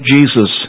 Jesus